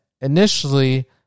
initially